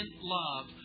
love